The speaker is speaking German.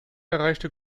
erreichte